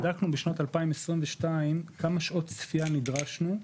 בדקנו בשנת 2022 כמה שעות צפייה נדרשנו,